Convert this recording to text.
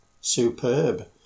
superb